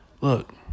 Look